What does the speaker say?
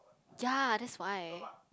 ya that's why